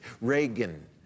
Reagan